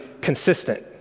consistent